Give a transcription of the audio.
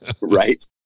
right